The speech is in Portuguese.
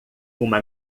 uma